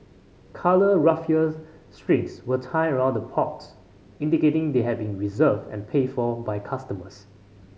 coloured raffia strings were tied around the pots indicating they had been reserved and paid for by customers